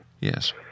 Yes